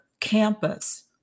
campus